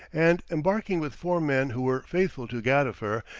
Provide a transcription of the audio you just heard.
and embarking with four men who were faithful to gadifer,